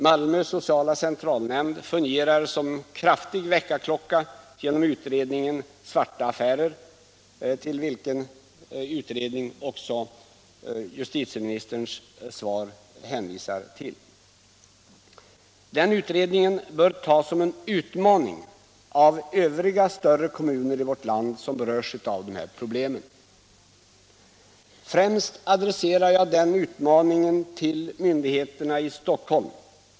Malmö sociala centralnämnd fungerar som en kraftig väckarklocka genom utredningen Svarta affärer, till vilken justitieministern har hänvisat i sitt svar. Den utredningen bör tas som en utmaning av övriga större kommuner i vårt land som berörs av dessa problem. Främst adresserar jag den utmaningen till myndigheterna i Stockholm.